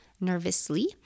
nervously